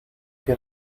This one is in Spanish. que